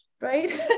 right